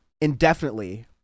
indefinitely